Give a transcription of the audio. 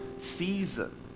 season